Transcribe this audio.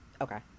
Okay